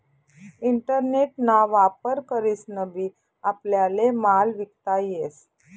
internet ना वापर करीसन बी आपल्याले माल विकता येस